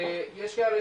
שיש כאלה